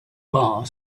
bar